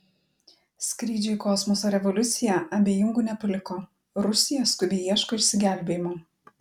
skrydžių į kosmosą revoliucija abejingų nepaliko rusija skubiai ieško išsigelbėjimo